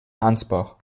ansbach